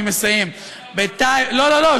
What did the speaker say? אני מסיים, לא, לא.